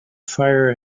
fire